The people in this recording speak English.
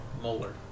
molar